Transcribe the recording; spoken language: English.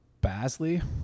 Basley